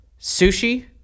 sushi